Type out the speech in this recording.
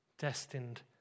destined